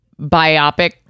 biopic